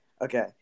okay